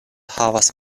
havas